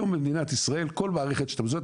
היום במדינת ישראל כל מערכת שאתה מזוהה בה,